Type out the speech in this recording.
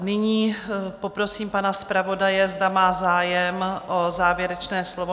Nyní poprosím pana zpravodaje, zda má zájem o závěrečné slovo?